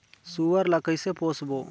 सुअर ला कइसे पोसबो?